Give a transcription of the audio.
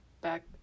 back